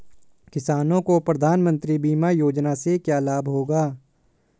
किसानों को प्रधानमंत्री बीमा योजना से क्या लाभ होगा?